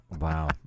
Wow